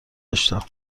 داشتم